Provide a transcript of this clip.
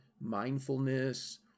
mindfulness